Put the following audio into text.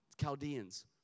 Chaldeans